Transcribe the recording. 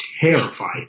Terrified